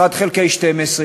1 חלקי 12,